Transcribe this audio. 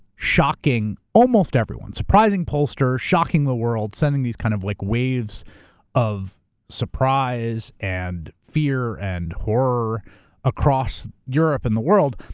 shocking almost everyone, surprising pollsters, shocking the world, sending these kind of like waves of surprise, and fear, and horror across europe and the world,